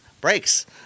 brakes